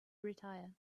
retire